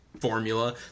formula